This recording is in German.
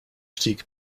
stieg